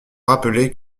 rappeler